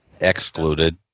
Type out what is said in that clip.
Excluded